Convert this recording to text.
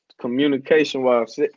communication-wise